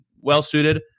well-suited